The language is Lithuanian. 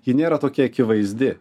ji nėra tokia akivaizdi